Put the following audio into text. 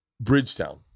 Bridgetown